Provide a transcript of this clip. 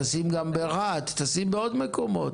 תשים גם ברהט, תשים בעוד מקומות.